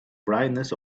brightness